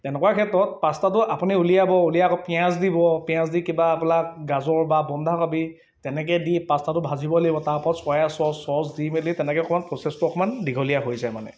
তেনেকুৱা ক্ষেত্ৰত পাষ্টাটো আপুনি উলিয়াব উলিয়াই আকৌ পিঁয়াজ দিব পিঁয়াজ দি কিবা এইবিলাক গাজৰ বা বন্ধাকবি তেনেকৈ দি পাষ্টাটো ভাজিব লাগিব তাৰ ওপৰত চয়া চচ্ চচ্ দি মেলি তেনেকৈ অকণমান প্ৰচেছটো অকণমান দীঘলীয়া হৈ যায় মানে